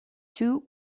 two